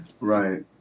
Right